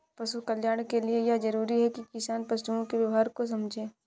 पशु कल्याण के लिए यह जरूरी है कि किसान पशुओं के व्यवहार को समझे